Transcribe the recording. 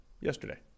yesterday